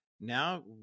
now